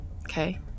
okay